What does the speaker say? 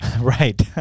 Right